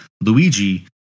Luigi